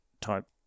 type